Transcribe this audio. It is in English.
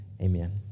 Amen